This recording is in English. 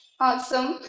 Awesome